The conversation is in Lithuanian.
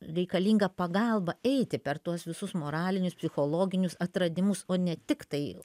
reikalinga pagalba eiti per tuos visus moralinius psichologinius atradimus o ne tiktai